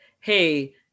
Hey